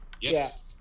Yes